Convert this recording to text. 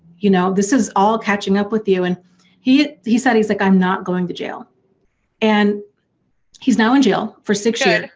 you know this is all catching up with you and he he said he's like i'm not going to jail and he's now in jail for six years.